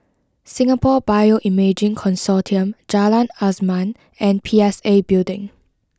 Singapore Bioimaging Consortium Jalan Azam and P S A Building